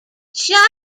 just